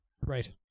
Right